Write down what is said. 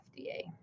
FDA